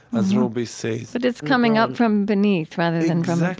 as robi says but it's coming up from beneath, rather than from like